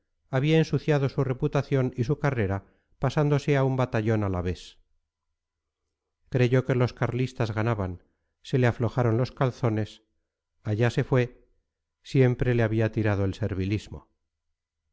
había ensuciado su reputación y su carrera pasándose a un batallón alavés creyó que los carlistas ganaban se le aflojaron los calzones allá se fue siempre le había tirado el servilismo